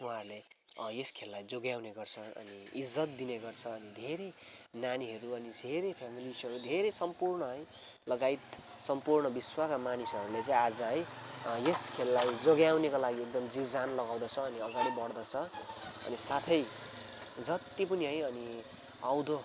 उहाँरूले यस खेललाई जोगाउने गर्छ अनि इज्जत दिने गर्छ अनि धेरै नानीहरू अनि धेरै फ्यामिलिजहरू अनि धेरै सम्पूर्ण है लगायत सम्पूर्ण विश्वका मानिसहरूले चाहिँ आज है यस खेललाई जोगाउनका लागि जीउ ज्यान लगाउँदछ अनि अगाडि बढ्दछ अनि साथै जति पनि है अनि आउँदो